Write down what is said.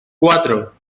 cuatro